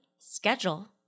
schedule